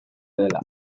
dela